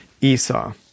Esau